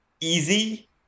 easy